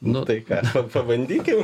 nu tai ką pabandykim